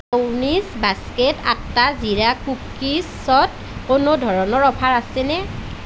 brownies basket আটা জিৰা কুকিছত কোনো ধৰণৰ অফাৰ আছেনে